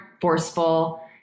forceful